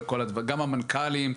גם המנכ"לים,